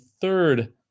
third